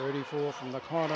thirty four from the corner